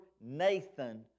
Nathan